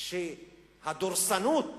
שהדורסנות